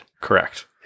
Correct